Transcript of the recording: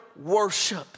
worship